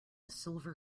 silver